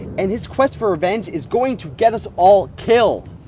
and his quest for revenge is going to get us all killed!